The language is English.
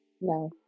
No